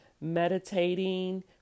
meditating